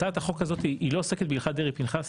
הצעת החוק הזאת היא לא עוסקת בהלכת דרעי-פנחסי.